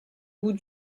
bout